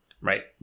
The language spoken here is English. Right